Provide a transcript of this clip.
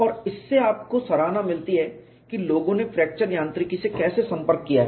और इससे आपको सराहना मिलती है कि लोगों ने फ्रैक्चर यांत्रिकी से कैसे संपर्क किया है